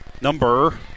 number